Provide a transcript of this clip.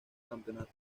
campeonato